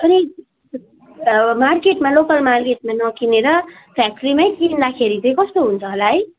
अनि मार्केटमा लोकल मार्केटमा नकिनेर फ्याक्ट्रीमै किन्दाखेरि चाहिँ कस्तो हुन्छ होला है